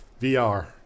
VR